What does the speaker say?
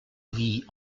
vie